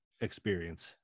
experience